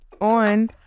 on